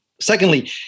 Secondly